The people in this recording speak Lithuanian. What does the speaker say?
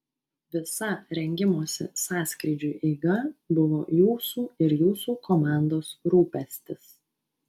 visa rengimosi sąskrydžiui eiga buvo jūsų ir jūsų komandos rūpestis